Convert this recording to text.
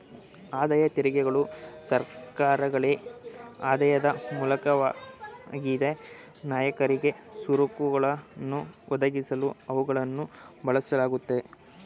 ಆದಾಯ ತೆರಿಗೆಗಳು ಸರ್ಕಾರಗಳ್ಗೆ ಆದಾಯದ ಮೂಲವಾಗಿದೆ ನಾಗರಿಕರಿಗೆ ಸರಕುಗಳನ್ನ ಒದಗಿಸಲು ಅವುಗಳನ್ನ ಬಳಸಲಾಗುತ್ತೆ